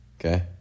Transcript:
okay